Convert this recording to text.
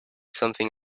something